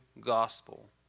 gospel